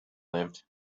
lived